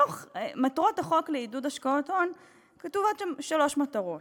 בחוק לעידוד השקעות הון כתובות שלוש מטרות: